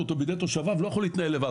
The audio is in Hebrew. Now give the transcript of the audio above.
אותו בידי תושביו לא יכול להתנהל לבד,